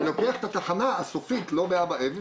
לוקח את התחנה הסופית לא באבא אבן,